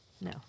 No